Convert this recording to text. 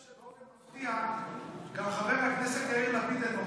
אני שם לב שבאופן מפתיע גם חבר הכנסת יאיר לפיד אינו נוכח.